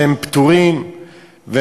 שהם פטורים ממנו,